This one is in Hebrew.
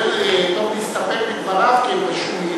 לא מסתפק בדבריו כדי שהוא,